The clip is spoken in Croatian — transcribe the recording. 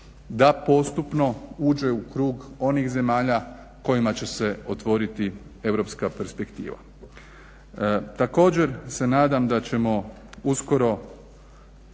da postupno uđe u krug onih zemalja kojima će se otvoriti europska perspektiva. Također se nadam da ćemo uskoro